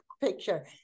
picture